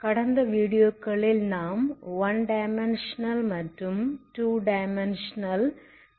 கடந்த வீடீயோக்களில் நாம் 1 டைமென்ஷன்ஸனல் மற்றும் 2 டைமென்ஷன்ஸனல் வேவ் ஈக்குவேஷன் களை பார்த்தோம்